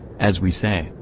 as we say,